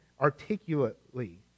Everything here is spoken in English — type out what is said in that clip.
articulately